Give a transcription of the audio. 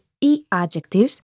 e-adjectives